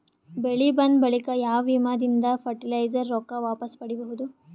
ಬೆಳಿ ಬಂದ ಬಳಿಕ ಯಾವ ವಿಮಾ ದಿಂದ ಫರಟಿಲೈಜರ ರೊಕ್ಕ ವಾಪಸ್ ಪಡಿಬಹುದು?